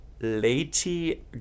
Lady